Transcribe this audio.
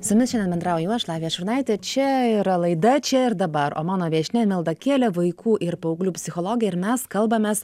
su jumis šiandien bendrauju aš lavija šurnaitė čia yra laida čia ir dabar o mano viešnia milda kielė vaikų ir paauglių psichologė ir mes kalbamės